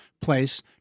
place